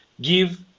give